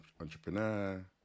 entrepreneur